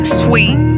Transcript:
sweet